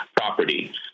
property